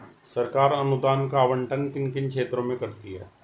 सरकार अनुदान का आवंटन किन किन क्षेत्रों में करती है?